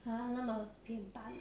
!huh! 那么简单啊